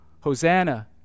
Hosanna